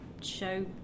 show